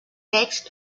text